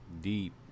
deep